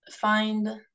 find